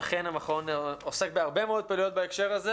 אכן המכון עוסק בהרבה מאוד פעילויות בהקשר הזה